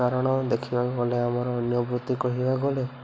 କାରଣ ଦେଖିବାକୁ ଗଲେ ଆମର ଅନ୍ୟବୃତ୍ତି କହିବାକୁ ଗଲେ